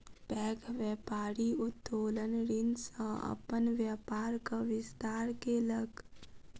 पैघ व्यापारी उत्तोलन ऋण सॅ अपन व्यापारक विस्तार केलक